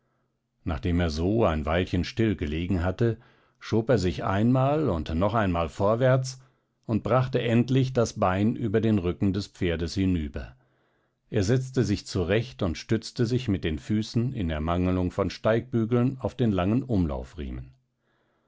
nachdem er so ein weilchen still gelegen hatte schob er sich einmal und noch einmal vorwärts und brachte endlich das bein über den rücken des pferdes hinüber er setzte sich zurecht und stützte sich mit den füßen in ermangelung von steigbügeln auf den langen